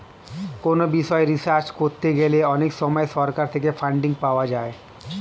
কোনো বিষয়ে রিসার্চ করতে গেলে অনেক সময় সরকার থেকে ফান্ডিং পাওয়া যায়